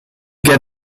get